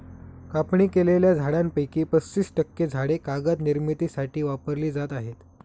कापणी केलेल्या झाडांपैकी पस्तीस टक्के झाडे कागद निर्मितीसाठी वापरली जात आहेत